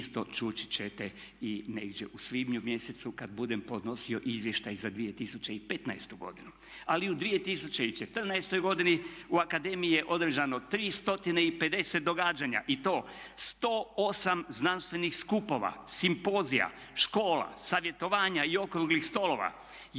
čuti ćete i negdje u svibnju mjesecu kad budem podnosio izvještaj za 2015. godinu. Ali u 2014. godini u akademiji je održano 350 događanja i to 108 znanstvenih skupova, simpozija, škola, savjetovanja i okruglih stolova,